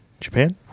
Japan